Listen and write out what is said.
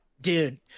Dude